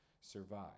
survive